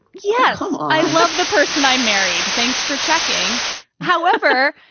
yes, i love the person i married. thanks for checking however,